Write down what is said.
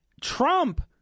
Trump